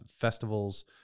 festivals